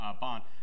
bond